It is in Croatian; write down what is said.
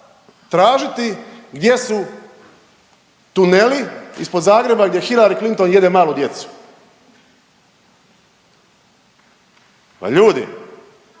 tražiti gdje su tuneli ispod Zagreba gdje Hilary Clinton jede malu djecu. Pa ljudi